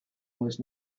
was